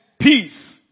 peace